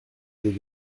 des